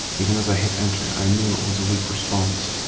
even as i hit enter, i knew it was a weak response.